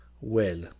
Well